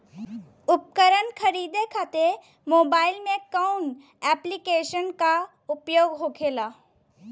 उपकरण खरीदे खाते मोबाइल में कौन ऐप्लिकेशन का उपयोग होखेला?